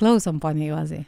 klausom pone juozai